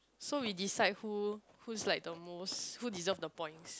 so we decide who who's like the most who deserves the points